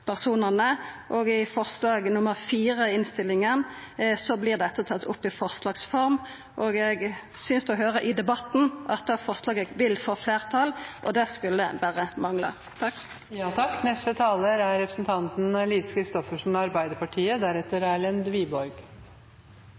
personane. I forslag nr. 4 i innstillinga vert dette tatt opp i forslags form, og eg synest å høyra i debatten at det vil få fleirtal. Det skulle berre mangla.